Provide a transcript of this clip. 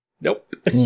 Nope